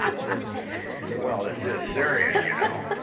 ah well, this is serious, you know?